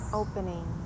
opening